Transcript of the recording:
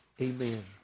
Amen